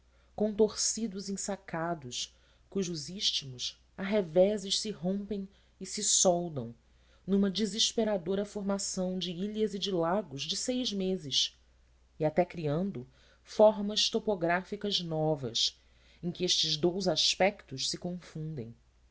contorcidos em sacados cujos istmos a revezes se rompem e se soldam numa desesperadora formação de ilhas e de lagos de seis meses e até criando formas topográficas novas em que estes dois aspetos se confundem